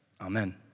Amen